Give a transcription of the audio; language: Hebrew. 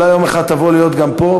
אולי יום אחד תבוא להיות גם פה,